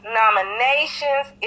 nominations